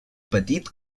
petit